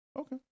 Okay